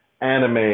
anime